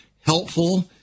helpful